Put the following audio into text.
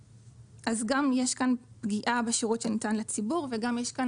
אז גם יש כאן פגיעה בשירות שניתן לציבור וגם יש כאן